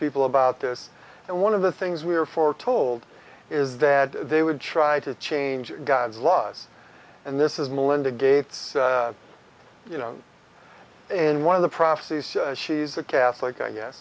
people about this and one of the things we were for told is that they would try to change god's laws and this is melinda gates you know in one of the prophecies she's a catholic i